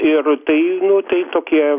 ir tai tai tokie